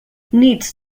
nits